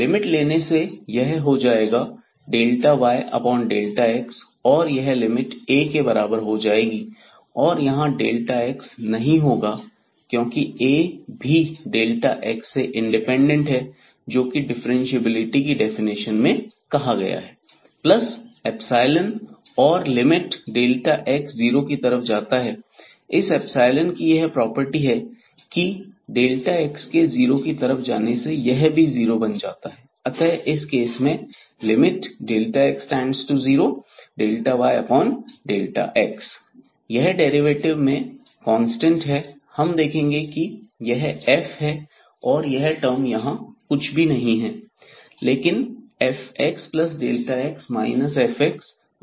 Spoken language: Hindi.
लिमिट लेने से यह हो जाएगाyx और यह लिमिट A के बराबर हो जाएगी और यहां x नहीं होगा और क्योंकि A भी x से इंडिपेंडेंट है जोकि डिफ्रेंशिएबिलिटी की डेफिनेशन में कहा गया है प्लस और लिमिट x 0 की तरफ जाता है इस एप्सिलोन कि यह प्रॉपर्टी है की x के जीरो की तरफ जाने पर यह भी जीरो बन जाता है अतः इस केस में x→0⁡yx यह डेरिवेटिव में कांस्टेंट है हम देख रहे हैं कि यह f है यह टर्म यहां कुछ भी नहीं है लेकिन fxx fx